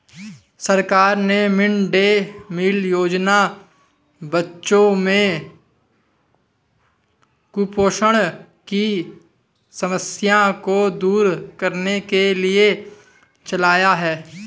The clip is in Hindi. सरकार ने मिड डे मील योजना बच्चों में कुपोषण की समस्या को दूर करने के लिए चलाया है